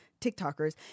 TikTokers